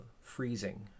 freezing